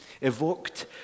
evoked